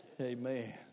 amen